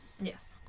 Yes